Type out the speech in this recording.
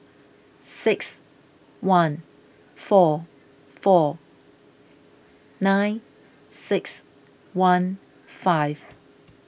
six one four four nine six one five